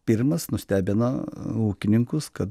pirmas nustebino ūkininkus kad